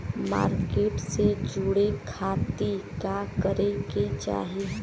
Market से जुड़े खाती का करे के चाही?